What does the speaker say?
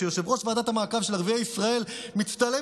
כשיושב-ראש ועדת המעקב של ערביי ישראל מצטלם